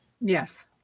Yes